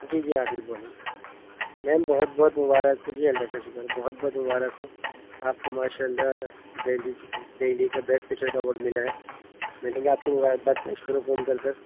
جی جی عادل بول رہا ہوں میم بہت بہت مبارک ہوں جی اللہ کا شکر بہت بہت مبارک ہو آپ کو ماشاء اللہ دہلی دہلی کا بیسٹ ٹیچر کا اوارڈ ملا ہے ملیں گے آپ کو مبارک باد پیش کرو فون کر کر